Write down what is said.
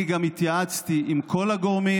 אני גם התייעצתי עם כל הגורמים.